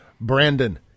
Brandon